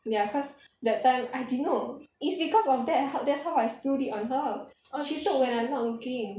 ya cause that time I didn't know it's because of that how that's how I spilt it on her she took when I was not looking